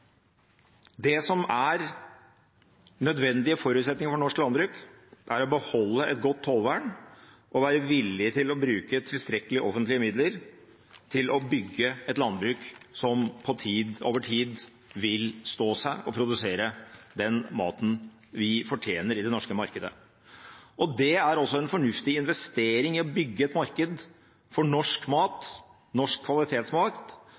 Det som er nødvendige forutsetninger for norsk landbruk, er å beholde et godt tollvern og være villig til å bruke tilstrekkelig offentlige midler til å bygge et landbruk som over tid vil stå seg og produsere den maten vi fortjener i det norske markedet. Det er også en fornuftig investering å bygge et marked for norsk